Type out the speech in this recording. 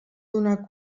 donar